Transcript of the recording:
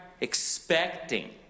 expecting